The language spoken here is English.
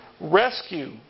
rescue